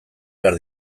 behar